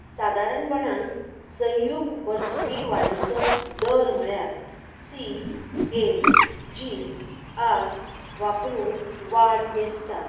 सादारणपणान संयुग वर्सुकी वाडीचो दर म्हळ्यार सी ए जी आर वापरून वाड मेजतात